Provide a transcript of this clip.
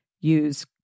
Use